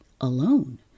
alone